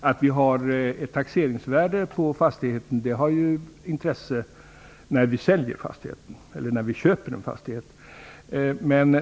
Fru talman! Taxeringsvärdet på fastigheten är av intresse när vi säljer eller köper en fastighet.